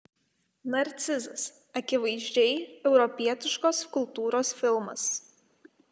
narcizas akivaizdžiai europietiškos kultūros filmas